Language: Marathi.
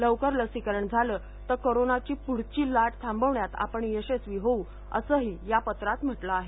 लवकर लसीकरण झालं तर कोरोनाची पुढील लाट थांबवण्यात आपण यशस्वी होऊ असंही या पत्रात म्हटलं आहे